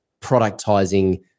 productizing